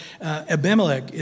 Abimelech